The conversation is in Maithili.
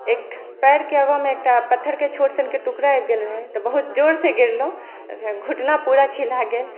एक पाएरके आगाँमे एकटा पत्थरके छोटसनके टुकड़ा आबि गेल रहै तऽ बहुत जोरसँ गिरलहुँ घुटना पूरा छिला गेल